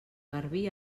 garbí